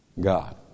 God